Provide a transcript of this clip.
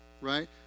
Right